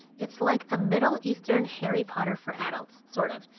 it's like a middle eastern harry potter for adults. sort of.